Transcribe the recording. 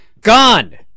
Gone